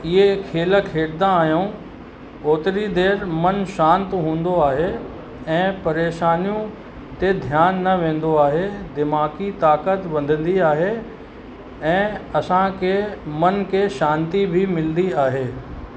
इहे खेल खेॾंदा आहियूं ओतिरी देरि मन शांत हूंदो आहे ऐं परेशानियूं ते ध्यान न वेंदो आहे दिमाग़ी ताक़त वधंदी आहे ऐं असांखे मन खे शांती बि मिलंदी आहे